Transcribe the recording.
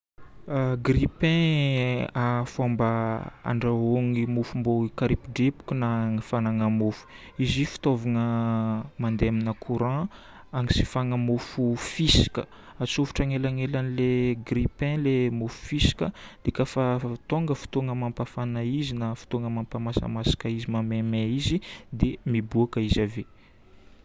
Grille-pain fomba andrahoagna mofo mba hikarepodrepoka na hanafagnana mofo. Izy io fitaovagna mandeha amina courant anisifagna mofo fisaka. Atsofotra anelanelan'ilay grille-pain lay mofo fisaka dia kafa tonga fotoagna mampafana izy na fotoagna mampamasamasaka izy mahamaimay izy, dia miboaka izy ave.